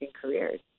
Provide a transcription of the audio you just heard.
careers